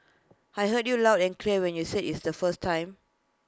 I heard you loud and clear when you said IT the first time